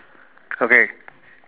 okay